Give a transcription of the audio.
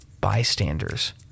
bystanders